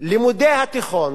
לימודי התיכון